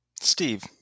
Steve